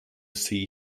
see